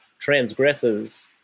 transgresses